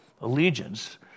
allegiance